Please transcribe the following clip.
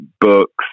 books